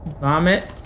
vomit